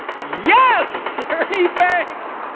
yes! ernie banks.